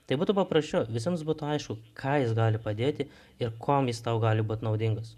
tai būtų paprasčiau visiems būtų aišku ką jis gali padėti ir kuom jis tau gali būt naudingas